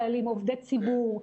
חיילים ועובדי ציבור,